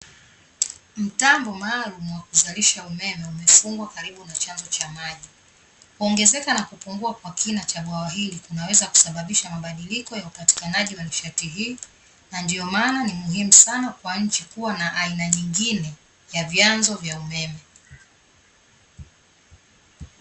Mtambo maalum wa kuzalisha umeme umefungwa karibu na chanzo cha maji. Kuongezeka na kupungua kwa kina cha bwawa hili kunaweza kusababisha mabadiliko ya upatikanaji wa nishati hii na ndio maana ni muhimu sana kwa nchi kuwa na aina nyingine ya vyanzo vya umeme.